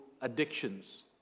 addictions